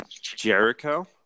Jericho